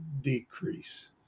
decrease